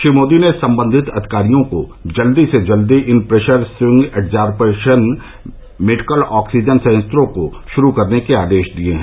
श्री मोदी ने संबंधित अधिकारियों को जल्दी से जल्दी इन pressure swing adsorption medical oxygen संयंत्रों को शुरू करने के आदेश दिए हैं